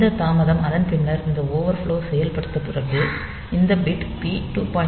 இந்த தாமதம் அதன் பின்னர் இந்த ஓவர்ஃப்லோ செயல்படுத்தப்பட்ட பிறகு இந்த பிட் பி 2